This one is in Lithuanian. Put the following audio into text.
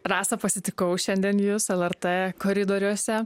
rasa pasitikau šiandien jūs lrt koridoriuose